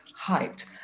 hyped